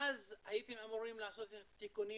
ומאז הייתם אמורים לעשות את התיקונים